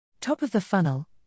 Top-of-the-funnel